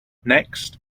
next